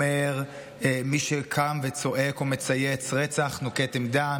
מי שקם וצועק או מצייץ "רצח" נוקט עמדה,